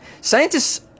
Scientists